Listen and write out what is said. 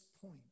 point